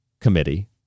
committee